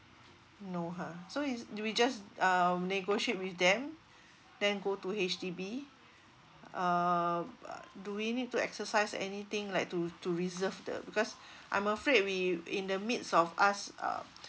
no ha so is we just uh negotiate with them then go to H_D_B um do we need to exercise anything like to to reserve the because I'm afraid we in the midst of us uh